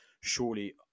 surely